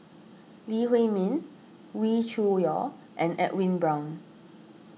Lee Huei Min Wee Cho Yaw and Edwin Brown